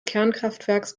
kernkraftwerks